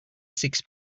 six